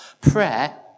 Prayer